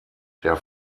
der